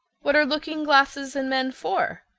what are looking glasses and men for?